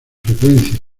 frecuencia